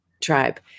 tribe